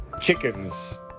chickens